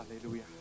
Hallelujah